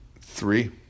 Three